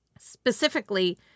specifically